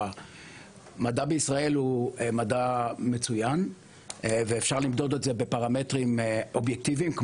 המדע בישראל הוא מדע מצוין ואפשר למדוד את זה בפרמטרים אובייקטיביים: